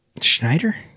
Schneider